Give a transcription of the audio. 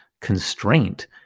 constraint